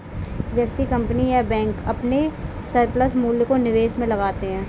व्यक्ति, कंपनी या बैंक अपने सरप्लस मूल्य को निवेश में लगाते हैं